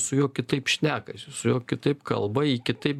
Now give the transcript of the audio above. su juo kitaip šnekasi su juo kitaip kalba jį kitaip